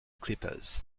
clippers